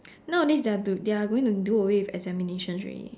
nowadays they are do they are going to do away with examinations already